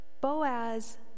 Boaz